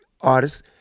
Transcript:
artists